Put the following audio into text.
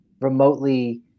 remotely –